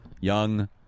young